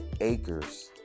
acres